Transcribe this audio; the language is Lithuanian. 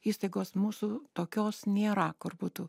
įstaigos mūsų tokios nėra kur būtų